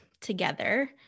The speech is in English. together